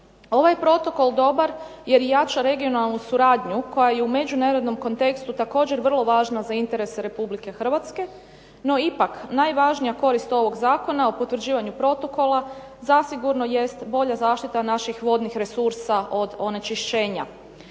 Ovaj je protokol dobar jer jača regionalnu suradnju koja je u međunarodnom kontekstu također vrlo važna za interes Republike Hrvatske, no ipak najvažnija korist ovog zakona o potvrđivanju protokola zasigurno jest bolja zaštita naših vodnih resursa od onečišćenja.